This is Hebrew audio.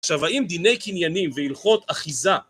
עכשיו, הם דיני קניינים והילכות אחיזה...